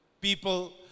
people